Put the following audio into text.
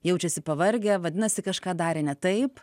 jaučiasi pavargę vadinasi kažką darė ne taip